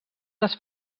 les